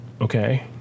okay